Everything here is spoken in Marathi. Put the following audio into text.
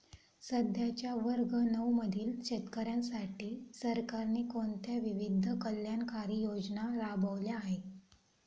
सध्याच्या वर्ग नऊ मधील शेतकऱ्यांसाठी सरकारने कोणत्या विविध कल्याणकारी योजना राबवल्या आहेत?